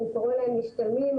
אם קוראים להם משתלמים,